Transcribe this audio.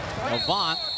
Avant